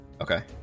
Okay